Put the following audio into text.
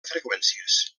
freqüències